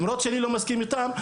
למרות שאני לא מסכים איתם,